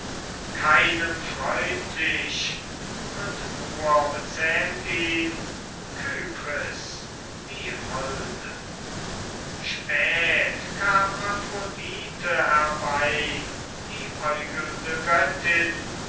keinem freundlich und nur bezähmt ihn kypris die holde spät kam aphrodite herbei die äugelnde göttin